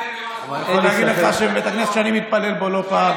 אני יכול להגיד לך שבבית הכנסת שאני מתפלל בו לא פעם,